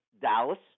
Dallas